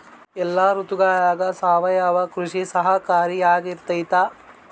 ಎಲ್ಲ ಋತುಗಳಗ ಸಾವಯವ ಕೃಷಿ ಸಹಕಾರಿಯಾಗಿರ್ತೈತಾ?